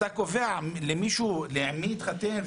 אתה קובע למישהו עם מי יתחתן,